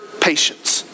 patience